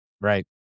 Right